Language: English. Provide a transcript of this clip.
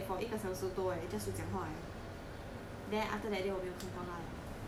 like at the kopitiam right they stand outside for 一个小时多 just to 讲话 leh